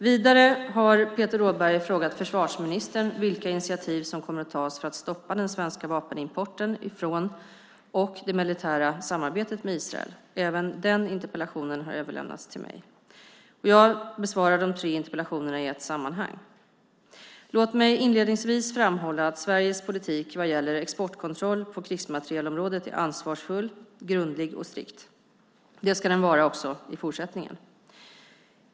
Vidare har Peter Rådberg frågat försvarsministern vilka initiativ som kommer att tas för att stoppa den svenska vapenimporten från och det militära samarbetet med Israel. Även den interpellationen har överlämnats till mig. Jag besvarar de tre interpellationerna i ett sammanhang. Låt mig inledningsvis framhålla att Sveriges politik vad gäller exportkontroll på krigsmaterielområdet är ansvarsfull, grundlig och strikt. Det ska den vara också i fortsättningen.